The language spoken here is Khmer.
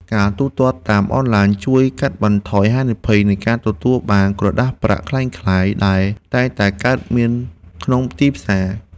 ការទូទាត់តាមអនឡាញជួយកាត់បន្ថយហានិភ័យនៃការទទួលបានក្រដាសប្រាក់ក្លែងក្លាយដែលតែងតែកើតមានក្នុងទីផ្សារ។